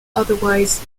otherwise